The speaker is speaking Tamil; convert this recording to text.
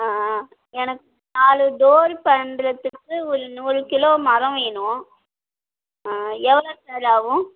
ஆ ஆ எனக்கு நாலு டோரு பண்றதுக்கு ஒரு நூறு கிலோ மரம் வேணும் எவ்வளோ சார் ஆகும்